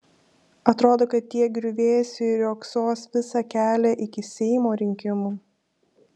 atrodo kad tie griuvėsiai riogsos visą kelią iki seimo rinkimų